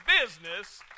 business